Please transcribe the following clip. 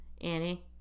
Annie